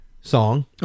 song